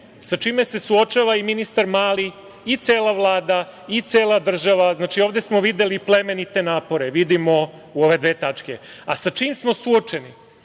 sa čime se suočava i ministar Mali i cela Vlada i cela država. Znači, ovde smo videli plemenite napore, vidimo u ove dve tačke. A sa čim smo suočeni?